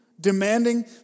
Demanding